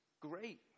great